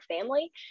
family